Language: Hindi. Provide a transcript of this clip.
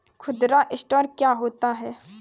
खुदरा स्टोर क्या होता है?